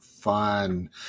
Fun